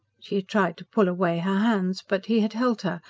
she had tried to pull away her hands but he had held her,